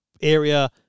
area